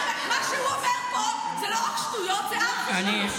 מה שהוא אומר פה זה לא רק שטויות, זה ארכי-שטויות.